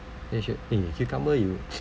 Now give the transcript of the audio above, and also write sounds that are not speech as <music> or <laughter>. they should eh cucumber you <noise>